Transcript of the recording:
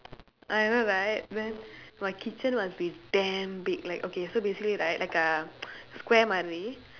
I know right then my kitchen must be damn big like okay so basically right like a square